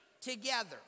together